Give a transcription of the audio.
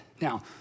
Now